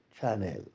channel